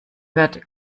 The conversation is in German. wird